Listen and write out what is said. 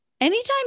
anytime